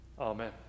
Amen